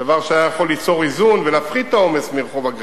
דבר שהיה יכול ליצור איזון ולהפחית את העומס מרחוב אגריפס.